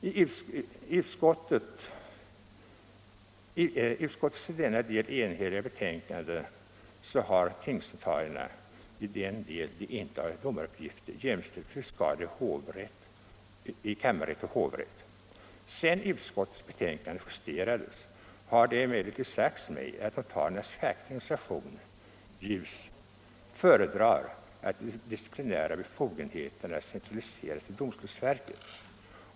I utskottets i denna del enhälliga betänkande har tingsnotarierna, i den mån de inte har domaruppgifter, jämställts med fiskaler i kammarrätt och hovrätt. Sedan utskottets betänkande justerades har det emellertid sagts mig att notariernas fackliga organisation, JUS, föredrar att de disciplinära befogenheterna centraliseras till domstolsverket.